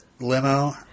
limo